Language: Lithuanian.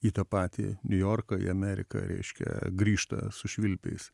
į tą patį niujorką į ameriką reiškia grįžta su švilpiais